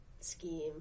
scheme